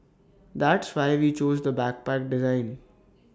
that's why we chose the backpack design